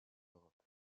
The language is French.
europe